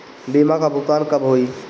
बीमा का भुगतान कब होइ?